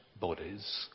bodies